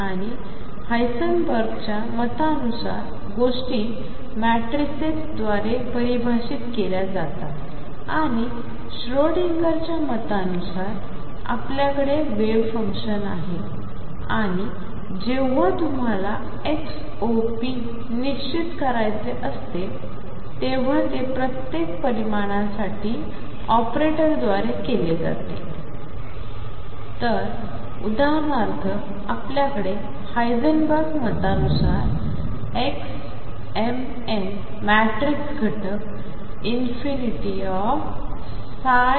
आणि हायसेनबर्गच्या मतानुसार गोष्टी मॅट्रीसेस द्वारे परिभाषित केल्या जातात आणि श्रोडिंगरच्या मतानुसार आपल्याकडे वेव्ह फंक्शन आहे आणि जेव्हा तुम्हाला xop निश्चित करायचे असते तेव्हा ते प्रत्येक परिमाणांसाठी ऑपरेटरद्वारे केले जाते तर उदाहरणार्थ आपल्याकडे हायझेनबर्ग मतानुसार xmn मॅट्रिक्स घटक ∫mxndx